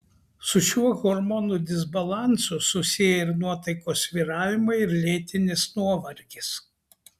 su šiuo hormonų disbalansu susiję ir nuotaikos svyravimai ir lėtinis nuovargis